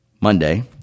Monday